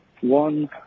One